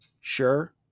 sure